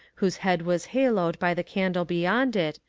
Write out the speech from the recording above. whose head was haloed by the candle beyond it,